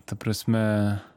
ta prasme